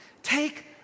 Take